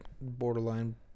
borderline